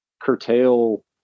curtail